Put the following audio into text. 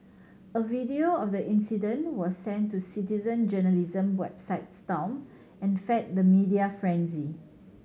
a video of the incident was sent to citizen journalism website Stomp and fed the media frenzy